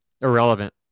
irrelevant